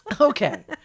Okay